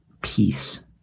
peace